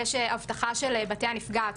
יש אבטחה של בית הנפגעת,